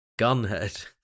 Gunhead